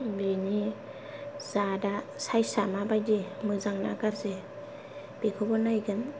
बिनि जाथआ सायसा माबायदि मोजांना गाज्रि बेखौबो नायगोन